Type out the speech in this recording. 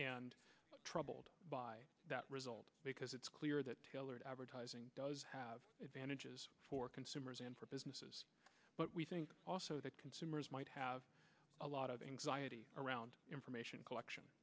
and troubled by that result because it's clear that tailored advertising does have it vantages for consumers and for businesses but we think also that consumers might have a lot of anxiety around information collection